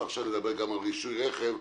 ועכשיו נדבר גם על רישוי רכב,